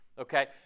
okay